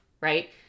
right